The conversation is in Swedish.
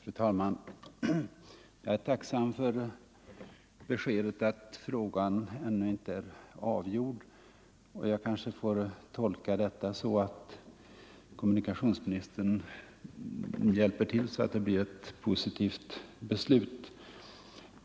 Fru talman! Jag är tacksam för beskedet att frågan ännu inte är avgjord. Jag kanske bör tolka detta så att kommunikationsministern hjälper till så att det blir ett positivt beslut.